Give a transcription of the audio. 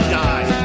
die